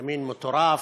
ימין מטורף,